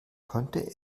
konnte